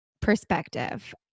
perspective